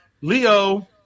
Leo